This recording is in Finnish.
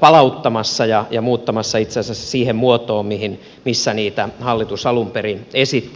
palauttamassa ja muuttamassa itse asiassa siihen muotoon missä niitä hallitus alun perin esitti